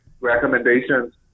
recommendations